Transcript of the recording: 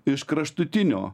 iš kraštutinio